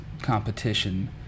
competition